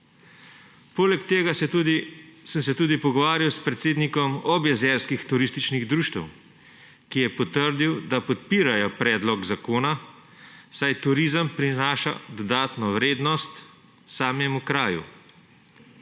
Poleg tega sem se tudi pogovarjal s predsednikom objezerskih turističnih društev, ki je potrdil, da podpirajo predlog zakona, saj turizem prinaša dodatno vrednost samemu kraju.